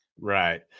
Right